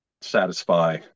satisfy